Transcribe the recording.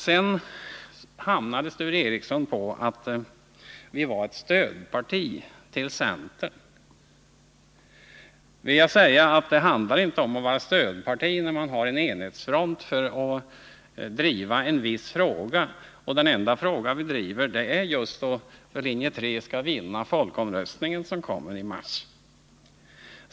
Sedan hamnade Sture Ericson på slutsatsen att vi är ett stödparti till centern. Det handlar inte om att vara stödparti när man har en enhetsfront för att driva en viss fråga. Och den enda fråga vi driver är just den som går ut på att linje 3 skall vinna folkomröstningen som kommer i mars.